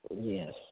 Yes